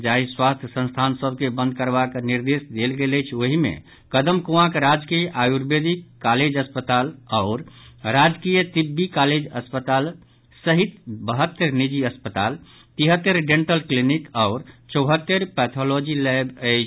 जाहि स्वास्थ्य संस्थान सभ के बंद करबाक निर्देश देलगेल अछि ओहि मे कदमकुआंक राजकीय आयुर्वेदिक कॉलेज अस्पताल आओर राजकीय तिब्बी कॉलेज अस्पताल सहित बहत्तरि निजी अस्पताल तिहत्तरि डेंटल क्लीनिक आओर चौहत्तरि पैथोलॉजी लैब अछि